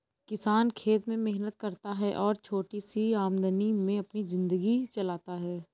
किसान खेत में मेहनत करता है और छोटी सी आमदनी में अपनी जिंदगी चलाता है